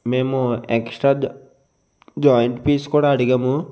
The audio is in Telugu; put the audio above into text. మేము ఎక్స్ట్రా జాయింట్ పీస్ కూడా అడిగాము